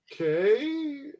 okay